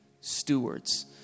stewards